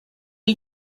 you